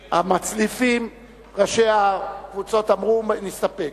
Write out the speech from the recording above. המצליפים, ראשי הקבוצות, אמרו, נסתפק.